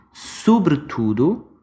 sobretudo